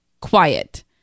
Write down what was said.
quiet